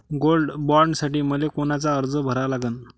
Gold बॉण्डसाठी मले कोनचा अर्ज भरा लागन?